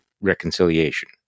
reconciliation